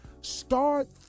Start